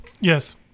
Yes